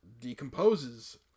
decomposes